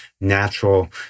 natural